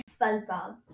SpongeBob